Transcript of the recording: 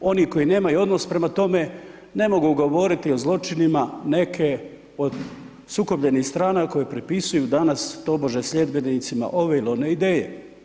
Oni koji nemaju odnos prema tome ne mogu govoriti o zločinima neke od sukobljenih strana koje pripisuju danas tobože sljedbenicima ove ili one ideje.